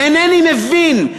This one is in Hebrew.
אינני מבין.